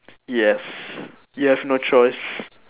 yes you have no choice